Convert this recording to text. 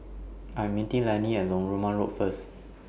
I'm meeting Lannie At Narooma Road First